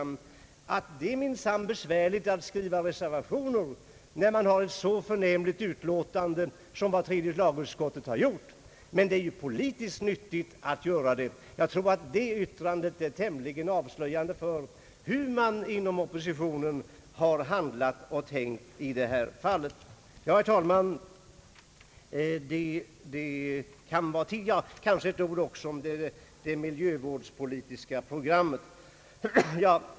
Han förklarade att det minsann är besvärligt att skriva reservationer när man har ett så förnämligt utlåtande som tredje lagutskottets. Men det är politiskt nyttigt att göra det, sade han. Det yttrandet finner jag tämligen avslöjande för hur man tänkt och handlat inom oppositionen i detta fall. Jag vill sedan, herr talman, säga några ord om det miljövårdspolitiska programmet.